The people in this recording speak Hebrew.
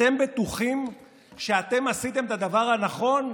אתם בטוחים שאתם עשיתם את הדבר הנכון?